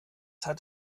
hat